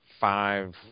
five